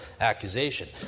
accusation